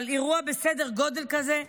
אבל אירוע בסדר גודל כזה,